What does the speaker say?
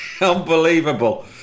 Unbelievable